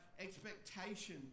expectation